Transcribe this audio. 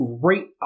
great